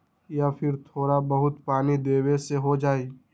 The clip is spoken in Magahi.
या फिर थोड़ा बहुत पानी देबे से हो जाइ?